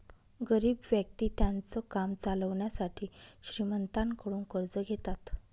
गरीब व्यक्ति त्यांचं काम चालवण्यासाठी श्रीमंतांकडून कर्ज घेतात